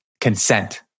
consent